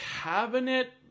cabinet